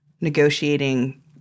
negotiating